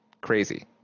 crazy